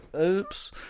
Oops